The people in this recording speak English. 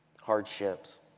hardships